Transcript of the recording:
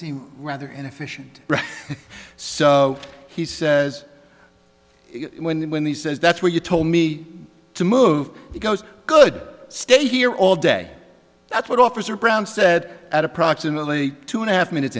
seem rather inefficient so he says when and when he says that's what you told me to move he goes good stay here all day that's what officer brown said at approximately two and a half minutes